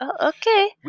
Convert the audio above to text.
okay